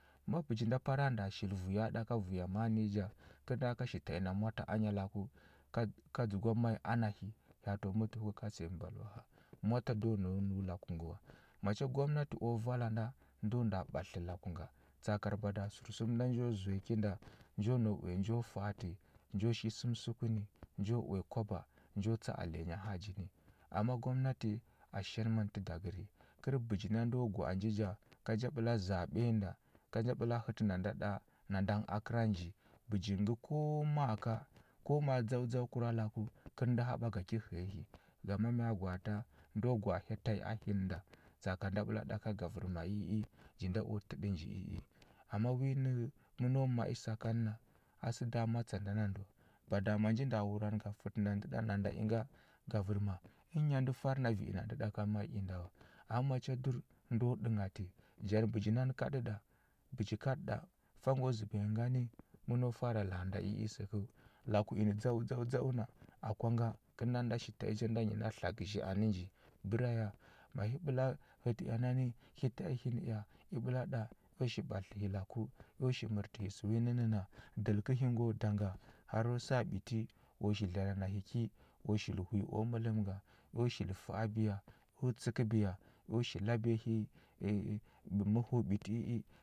Ma bəji nda para nda shili vuya ɗa ka vuya ma a nənyi ja, kər nda ka shi ta ina mota anya laku, ka ka dzəgwa ma i ana hi, hya ato mutuku ka səya mbalwaha. Mota do nau nəu laku ngə wa. Macha gwamnati u vala nda ndo nda ɓatlə laku nga, tsakar bada sərsum nda njo zuya ki nda, njo nau uya nju fa ati, njo shi səm suku ni, nju uya kwaba, nju tsa alenya haji ni. Amma gwamnati a shar məntə dagəryi, kər bəji nda ndo gwa a nji ja ka nja ɓəl zaɓe nda ka nja ɓəla hətə nda nda ɗa nanda ngə a kəra nji, bəji ngə ko ma ka, ko maa dzau dzaukura laku, kəl ndə haɓa ga ki həya hi. Ngama mya gwaata? Ndo gwa a hya ta i a hin nda. Tsaka nda ɓəla ɗa ka gavərma i i, nji nda u təɗə nji i i. Amma wi nə məno ma i sakanna, a sə da matsa nda na ndə wa. Bada ma nji nda wurani ga fətə nda ndə ɗa nanda inga gavərma, ənya ndə far na vi inda ndə ɗaka ma i inda wa. Amma macha dur, ndo ɗənghati. Janə bəji nani kaɗə ɗa, bəji kaɗə ɗa, fa ngo zəbiya ngani, məno fara la a nda i i səkəu. Laku ingə dzau dzau dzau na, akwa nga, kəlnda nda shi ta i ja nda nyi na tla gəzhi anə nji, bəra ya ma nyi ɓəla hətə ea nani hi ta i hin ea, i ɓəla ɗəa, eo shi ɓatlətə hi laku, eo shi mərtə hi sə wi nənə na. Dəl kəhi ngo da nga, har sa ɓiti u shil dlana hi ki u shil hwi u mələm nga, eo shil fa abiya, eo tsəkəbiya, eo labiya hi məhu ɓiti i i.